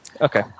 Okay